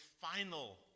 final